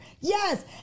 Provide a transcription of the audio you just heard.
Yes